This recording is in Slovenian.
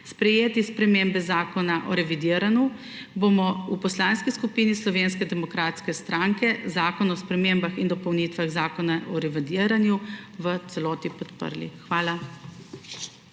sprejeti spremembe Zakona o revidiranju, bomo v Poslanski skupini Slovenske demokratske stranke zakon o spremembah in dopolnitvah Zakona o revidiranju v celoti podprli. Hvala.